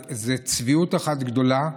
זאת צביעות אחת גדולה.